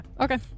Okay